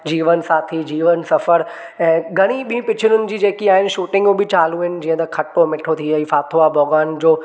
जीवन साथी जीवन सफ़रु ऐं घणी ॿी पिचरूं जी जेकी आहिनि शूटिंग बि चालू इन जीअं त खटो मिठो थी वई फाथो आहे भॻिवान जो